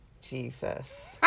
Jesus